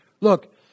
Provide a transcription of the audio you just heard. Look